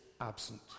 absent